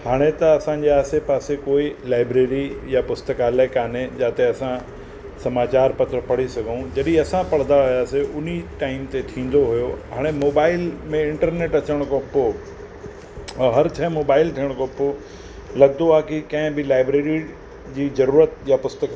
हाणे त असांजे आसे पासे कोई लाइब्ररी यां पुस्तकालय कोन्हे जिते असां समाचार पत्र पढ़ी सघूं जॾहिं असां पढ़ंदा हुयासीं उन टाइम ते थींदो हुयो हाणे मोबाइल में इंटरनेट अचण खां पोइ ह हर शइ मोबाइल थियण खां पोइ लॻंदो आहे की कंहिं बि लाइब्ररी जी ज़रूरत यां पुस्त